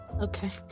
Okay